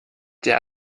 der